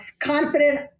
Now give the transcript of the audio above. confident